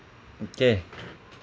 okay